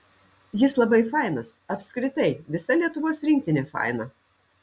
jis labai fainas apskritai visa lietuvos rinktinė faina